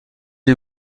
les